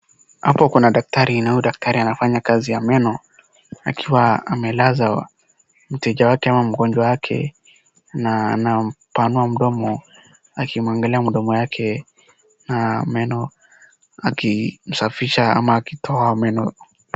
Hapa kuna daktari na huyu daktari anafanya kazi ya meno akiwa amelaza mteja wake au mgonjwa wake na anampanua mdomo akimwangalia mdomo yake na meno akimsafisha ama akitoa meno.